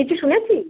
কিছু শুনেছিস